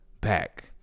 back